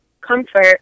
comfort